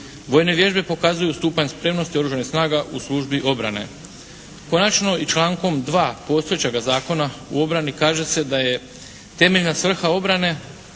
Vojne vježbe pokazuju stupanj spremnosti oružanih snaga u službi obrane. Konačno i člankom 2. postojećega zakona u obrani kaže se da je temeljna svrha obrane